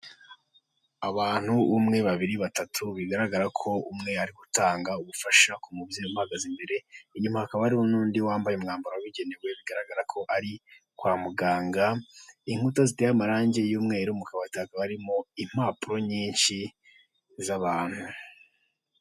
Abantu umwe babiri batatu bigaragara ko umwe ari gutanga ubufasha ku bagaze imbere inyuma ha akaba ari n'undi wambaye umwambaro wabigenewe bigaragara ko ari kwa muganga inkuta ziteye amarangi y'umwerumo impapuro nyinshi z'abantu.